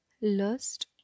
lust